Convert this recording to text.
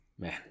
Man